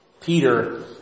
Peter